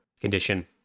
condition